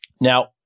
Now